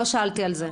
לא שאלתי על זה.